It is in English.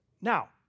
Now